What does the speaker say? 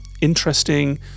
interesting